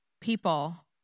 people